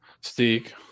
Steak